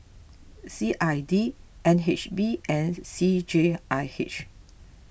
C I D N H B and C J I H